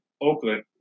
Oakland